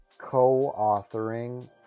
co-authoring